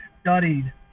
studied